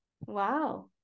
Wow